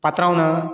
पात्रांव ना